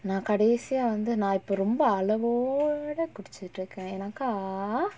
நா கடைசியா வந்து நா இப்ப ரொம்ப அளவோட குடிச்சிட்டு இருக்க ஏன்னாக்கா:naa kadaisiya vanthu naa ippa romba alavoda kudichittu irukka yaennaakaa